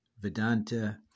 Vedanta